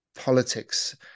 politics